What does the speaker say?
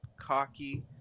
cocky